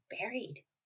buried